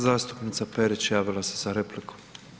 Zastupnica Perić, javila se za repliku.